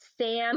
Sam